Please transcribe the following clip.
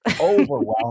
Overwhelming